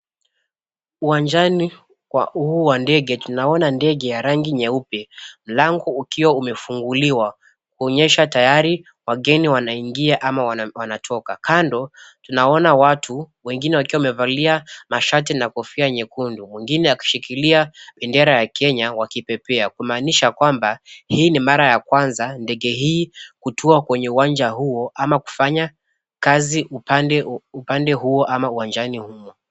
Uwanjani huu wa ndege tunaona ndege ya rangi nyeupe, mlango ukiwa umefunguliwa kuonyesha tayari wageni wanaingia ama wanatoka. Kando, tunaona watu wengine wakiwa wamevalia mashati na kofia nyekundu. Mwingine akishikilia bendera ya Kenya 𝑤𝑎𝑘𝑖𝑝𝑒𝑝𝑒𝑎. 𝐾umaanisha kwamba hii ni mara ya kwanza ndege hii kutua kwenye uwanja huo ama kufanya kazi upande huo ama uwanjani humo.